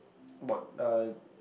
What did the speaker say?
what uh